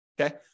okay